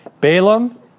Balaam